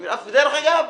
ודרך אגב,